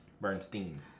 Bernstein